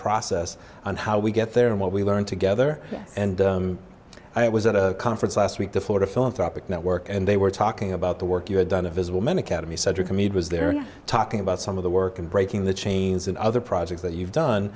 process and how we get there and what we learn together and i was at a conference last week there for a philanthropic network and they were talking about the work you have done a visible man academy center comedian they're talking about some of the work and breaking the chains and other projects that you've done